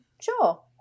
Sure